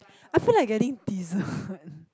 I feel like getting dessert